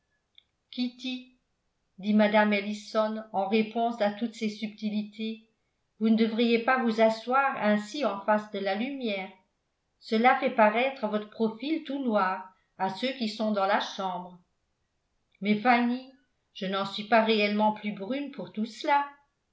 dit mme ellison en réponse à toutes ces subtilités vous ne devriez pas vous asseoir ainsi en face de la lumière cela fait paraître votre profil tout noir à ceux qui sont dans la chambre mais fanny je n'en suis pas réellement plus brune pour tout cela